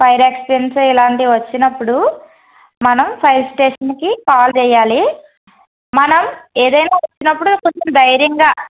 fire accidents ఇలాంటివి వచ్చినప్పుడు మనం ఫైర్ స్టేషన్కి కాల్ చేయాలి మనం ఏదైనా వచ్చినప్పుడు కొంచెం ధైర్యంగా